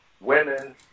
women